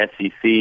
SEC